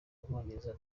bwongereza